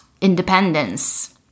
independence